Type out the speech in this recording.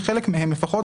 בחלק מהם לפחות,